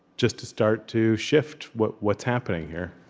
just to start to shift what's what's happening here